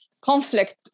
conflict